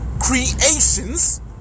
creations